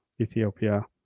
Ethiopia